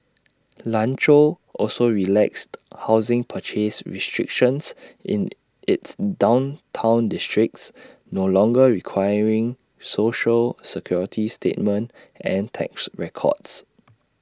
Lanzhou also relaxed housing purchase restrictions in its downtown districts no longer requiring Social Security statement and tax records